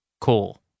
cool